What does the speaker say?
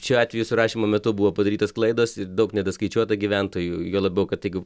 šiuo atveju surašymo metu buvo padarytos klaidos daug nedaskaičiuota gyventojų juo labiau kad jeigu